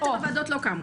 יתר הוועדות לא קמו.